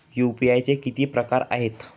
UPI चे किती प्रकार आहेत?